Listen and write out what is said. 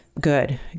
Good